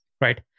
right